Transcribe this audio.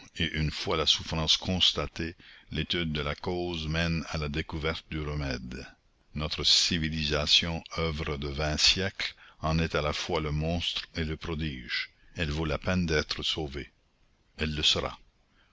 et une fois la souffrance constatée l'étude de la cause mène à la découverte du remède notre civilisation oeuvre de vingt siècles en est à la fois le monstre et le prodige elle vaut la peine d'être sauvée elle le sera